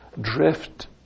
drift